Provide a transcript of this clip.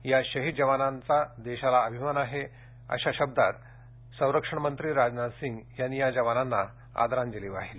या शहीद जवानांचा देशाला अभिमान आहे अशा शब्दात संरक्षणमंत्री राजनाथ सिंग यांनी या जवानांना आदरांजली वाहिली